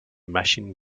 machine